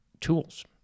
tools